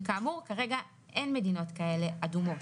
וכאמור כרגע אין מדינות כאלה אדומות.